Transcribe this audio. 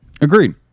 Agreed